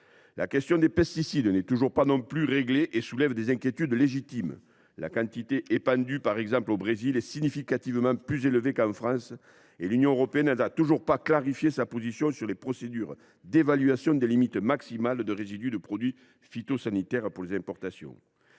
La question des pesticides n’est, elle non plus, toujours pas réglée et soulève des inquiétudes légitimes. La quantité de pesticides épandue au Brésil est significativement plus élevée qu’en France et l’Union européenne n’a toujours pas clarifié sa position sur les procédures d’évaluation des limites maximales de résidus de produits phytosanitaires pour les importations.